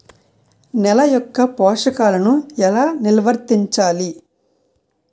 నెల యెక్క పోషకాలను ఎలా నిల్వర్తించాలి